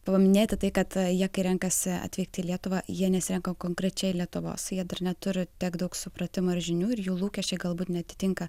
paminėti tai kad jie renkasi atvykti į lietuvą jie nesirenka konkrečiai lietuvos jie dar neturi tiek daug supratimo ar žinių ir jų lūkesčiai galbūt neatitinka